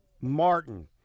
Martin